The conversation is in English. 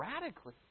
radically